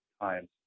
times